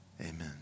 Amen